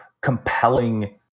compelling